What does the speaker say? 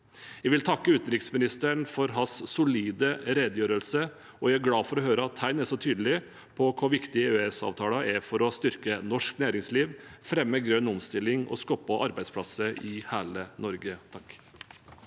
Jeg vil takke utenriksministeren for hans solide redegjørelse, og jeg er glad for å høre at han er så tydelig på hvor viktig EØS-avtalen er for å styrke norsk næringsliv, fremme grønn omstilling og skape arbeidsplasser i hele Norge.